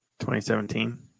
2017